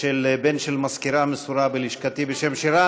של בן של מזכירה מסורה בלשכתי בשם שירן,